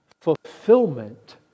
fulfillment